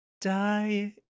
Die